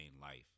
life